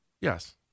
Yes